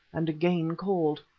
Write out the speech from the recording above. and again called.